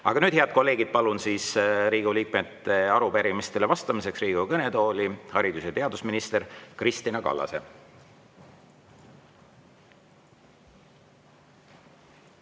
Aga nüüd, head kolleegid, palun Riigikogu liikmete arupärimisele vastamiseks Riigikogu kõnetooli haridus- ja teadusminister Kristina Kallase.